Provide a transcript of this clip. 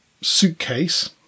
suitcase